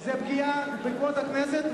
זה פגיעה בכבוד הכנסת,